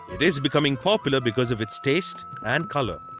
it is becoming popular because of its taste and colour.